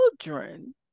children